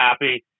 happy